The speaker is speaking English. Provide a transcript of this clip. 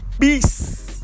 Peace